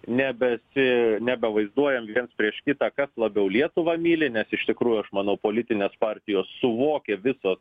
nebesi nebevaizduojam viens prieš kitą kas labiau lietuvą myli nes iš tikrųjų aš manau politinės partijos suvokia visos